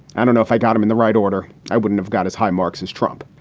i don't know if i got him in the right order. i wouldn't have got his high marks as trump,